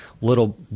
little